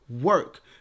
work